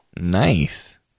Nice